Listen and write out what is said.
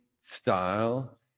style